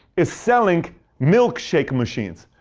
is selling milkshake machines.